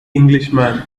englishman